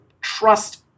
trust